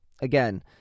again